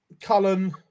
Cullen